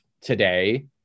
today